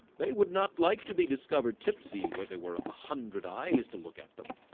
they would not like to be discovered tipsy where there were a hundred eyes to look at them?